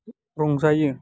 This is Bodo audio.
रंजायो